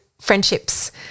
friendships